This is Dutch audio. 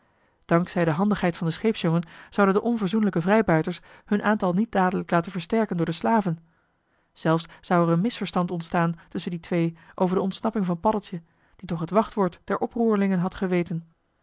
zij de handigheid van den scheepsjongen zouden de onverzoenlijke vrijbuiters hun aantal niet dadelijk laten versterken door de slaven zelfs zou er een misverstand ontstaan tusschen die twee over de ontsnapping van paddeltje die toch het wachtwoord der oproerlingen had geweten